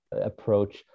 approach